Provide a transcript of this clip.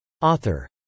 Author